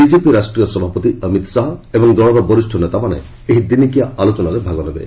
BJP ରାଷ୍ଟ୍ରୀୟ ସଭାପତି ଅମିତ ଶାହା ଏବଂ ଦଳର ବରିଷ୍ଣ ନେତାମାନେ ଏହି ଦିନିକିଆ ଆଲୋଚନାରେ ଭାଗ ନେବେ